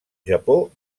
japó